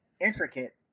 intricate